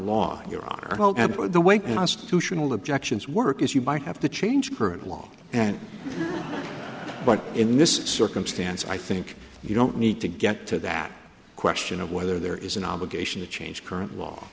law you're on the way to tional objections work as you might have to change current law and but in this circumstance i think you don't need to get to that question of whether there is an obligation to change current law